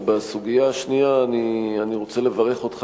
בסוגיה השנייה אני רוצה לברך אותך,